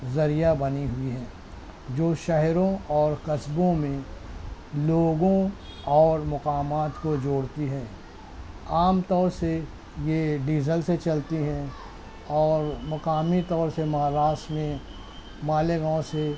ذریعہ بنی ہوئی ہیں جو شہروں اور قصبوں میں لوگوں اور مقامات کو جوڑتی ہیں عام طور سے یہ ڈیزل سے چلتی ہیں اور مقامی طور سے مہاراشٹر میں مالیگاؤں سے